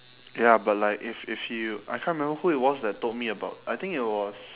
ya but like if if you I can't remember who it was that told me about I think it was